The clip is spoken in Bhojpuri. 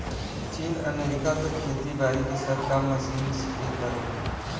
चीन, अमेरिका त खेती बारी के सब काम मशीन के करलन